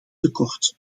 tekort